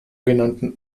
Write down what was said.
genannten